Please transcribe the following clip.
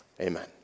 Amen